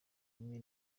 rimwe